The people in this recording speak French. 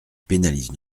pénalise